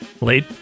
Late